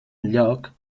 lloc